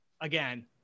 again